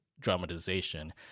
Dramatization